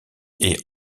est